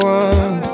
one